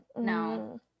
no